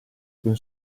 open